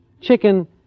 Chicken